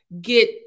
get